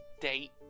date